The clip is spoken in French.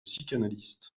psychanalyste